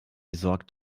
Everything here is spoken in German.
sorgt